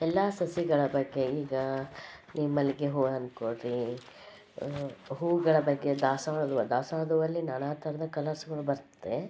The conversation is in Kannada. ಎಲ್ಲ ಸಸ್ಯಗಳ ಬಗ್ಗೆ ಈಗ ಈ ಮಲ್ಲಿಗೆ ಹೂವು ಅಂದುಕೊಳ್ರಿ ಹೂಗಳ ಬಗ್ಗೆ ದಾಸವಾಳ ಹೂವು ದಾಸವಾಳದ ಹೂವಲ್ಲಿ ನಾನಾ ಥರದ ಕಲರ್ಸ್ಗಳು ಬರ್ತದೆ